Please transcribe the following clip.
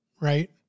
right